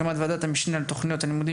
הקמת ועדת המשנה על תוכניות הלימודים